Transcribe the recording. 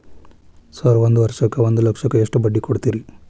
Sir ಒಂದು ವರ್ಷಕ್ಕ ಒಂದು ಲಕ್ಷಕ್ಕ ಎಷ್ಟು ಬಡ್ಡಿ ಕೊಡ್ತೇರಿ?